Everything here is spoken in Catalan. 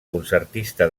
concertista